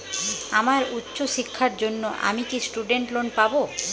আমার উচ্চ শিক্ষার জন্য আমি কি স্টুডেন্ট লোন পাবো